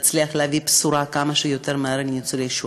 נצליח להביא בשורה כמה שיותר מהר לניצולי השואה.